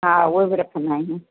हा उहे बि रखंदा आहियूं